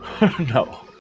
No